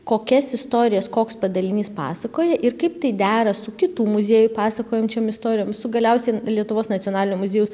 kokias istorijas koks padalinys pasakoja ir kaip tai dera su kitų muziejų pasakojančiom istorijom su galiausiai lietuvos nacionalinio muziejaus